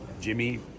Jimmy